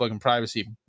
privacy